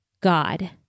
God